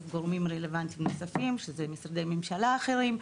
גורמים רלוונטיים נוספים שהם משרדי ממשלה אחרים,